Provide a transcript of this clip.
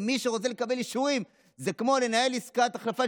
מי שרוצה לקבל אישורים זה כמו לנהל עסקת החלפת